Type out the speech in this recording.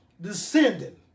descending